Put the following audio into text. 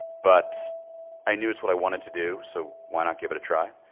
but i knew it's what i wanted to do so why not give it a try.